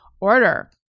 order